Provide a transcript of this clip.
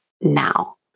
now